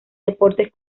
deportes